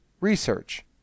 research